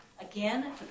again